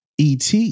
ET